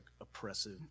oppressive